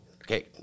okay